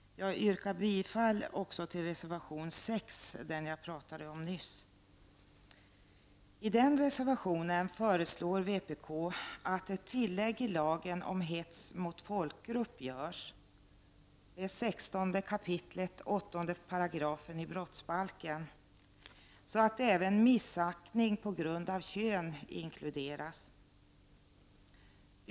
I den föreslår vpk ett tillägg i lagen om hets mot folkgrupp — 16 kap. 8 § brottsbalken — så att även missaktning på grund av kön inkluderas.